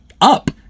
up